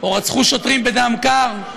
או רצחו שוטרים בדם קר,